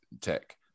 tech